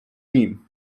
nim